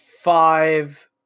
five